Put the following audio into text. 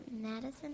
Madison